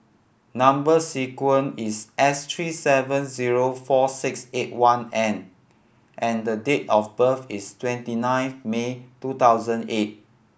number sequence is S three seven zero four six eight one N and the date of birth is twenty nine May two thousand eight